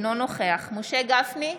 אינו נוכח משה גפני,